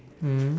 mm